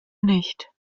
nicht